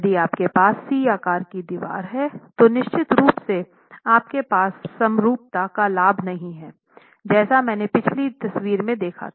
यदि आपके पास C आकार की दीवार है तो निश्चित रूप से आपके पास समरूपता का लाभ नहीं है जैसाआपने पिछली तस्वीर में देखा था